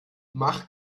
mach